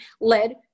led